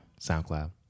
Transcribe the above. soundcloud